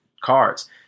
cards